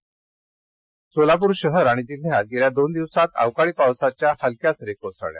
सोलापर सोलापूर शहर आणि जिल्ह्यात सलग दोन दिवस अवकाळी पावसाच्या हलक्या सरी कोसळल्या